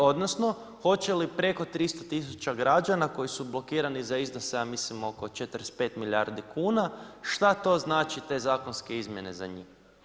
Odnosno hoće li preko 300 000 građana koji su blokirani za iznose ja mislim oko 45 milijardi kuna, šta to znači te zakonske izmjene za njih?